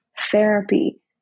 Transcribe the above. therapy